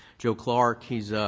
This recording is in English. joe clark. he's